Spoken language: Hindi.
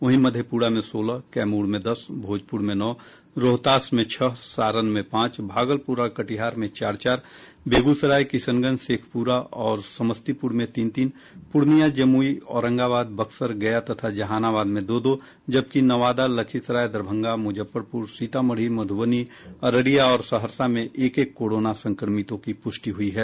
वहीं मधेपुरा में सोलह कैमूर में दस भोजपुर में नौ रोहतास में छह सारण में पांच भागलपुर और कटिहार में चार चार बेगूसराय किशनगंज शेखपुरा और समस्तीपुर में तीन तीन पूर्णिया जमूई औरंगाबाद बक्सर गया तथा जहानाबाद में दो दो जबकि नवादा लखीसराय दरभंगा मुजफ्फरपुर सीतामढ़ी मधुबनी अररिया और सहरसा में एक एक कोरोना संक्रमितों की पुष्टि हुई है